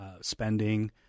spending